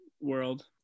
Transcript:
world